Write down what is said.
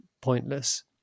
pointless